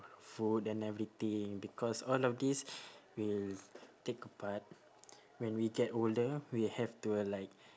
food and everything because all of these will take a part when we get older we have to like